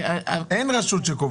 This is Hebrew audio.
אין רשות מקומית שקובעת.